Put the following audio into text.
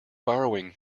borrowing